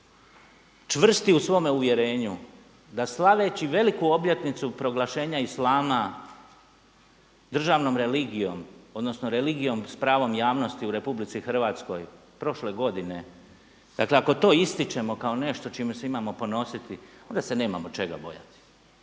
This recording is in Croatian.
čvrsti u svome uvjerenju da slaveći veliku obljetnicu proglašenja islama državnom religijom, odnosno religijom s pravom javnosti u Republici Hrvatskoj prošle godine, dakle ako to ističemo kao nešto čime se imamo ponositi onda se nemamo čega bojati.